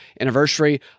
anniversary